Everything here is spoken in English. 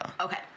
Okay